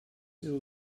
ill